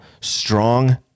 strong